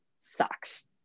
sucks